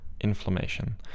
inflammation